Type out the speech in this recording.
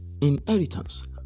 Inheritance